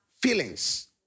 feelings